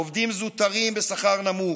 עובדים זוטרים בשכר נמוך.